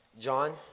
John